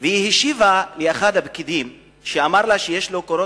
היא השיבה לאחד הפקידים שאמר לה שיש לו קורות